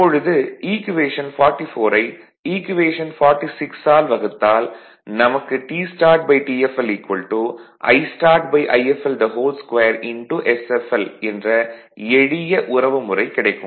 இப்பொழுது ஈக்குவேஷன் 44 ஐ ஈக்குவேஷன் 46 ஆல் வகுத்தால் நமக்கு TstartTfl IstartIfl2 sfl என்ற எளிய உறவுமுறை கிடைக்கும்